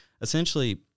essentially